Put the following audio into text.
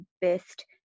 best